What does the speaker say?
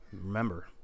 Remember